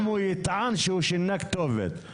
אם הוא יטען שהוא שינה כתובת.